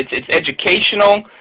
it's it's educational.